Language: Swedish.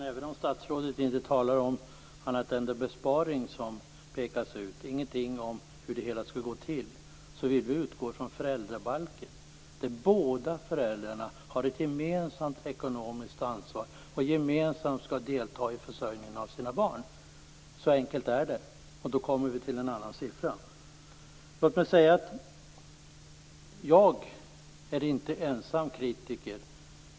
Herr talman! Statsrådet talar inte om annat än den besparing som pekas ut och säger inte någonting om hur det hela skall gå till. Vi vill utgå från föräldrabalken, där båda föräldrarna har ett gemensamt ekonomiskt ansvar och gemensamt deltar i försörjningen av sina barn. Så enkelt är det. Då kommer vi till en annan siffra. Låt mig säga att jag inte är ensam kritiker.